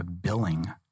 billing